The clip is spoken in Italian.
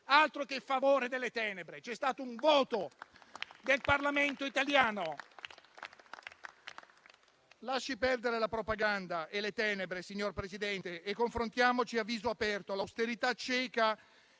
Altro che favore delle tenebre: c'è stato un voto del Parlamento italiano. Lasci perdere la propaganda e le tenebre, signor Presidente del Consiglio, e confrontiamoci a viso aperto. L'austerità cieca